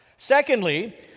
Secondly